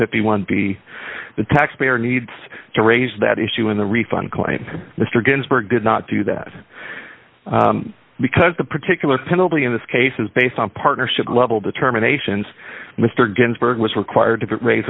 fifty one b the taxpayer needs to raise that issue in the refund claim mr ginsburg did not do that because the particular penalty in this case is based on partnership level determinations mr ginsburg was required to raise